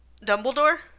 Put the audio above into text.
Dumbledore